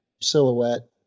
silhouette